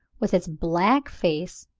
with its black face,